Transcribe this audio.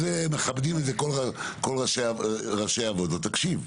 כל ראשי הוועדות מכבדים את זה.